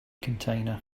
container